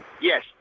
Yes